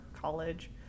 college